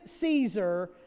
Caesar